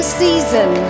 season